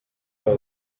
aba